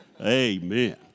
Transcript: Amen